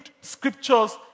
scriptures